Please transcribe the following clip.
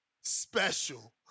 special